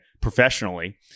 professionally